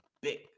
Big